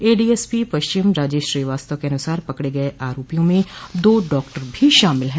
ADSP पश्चिम राजेश श्रीवास्तव के अनुसार पकड़े गये आरोपियों में दो डॉक्टर भी शामिल है